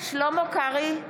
שלמה קרעי,